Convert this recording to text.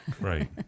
Right